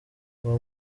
uwo